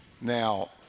Now